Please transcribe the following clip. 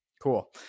Cool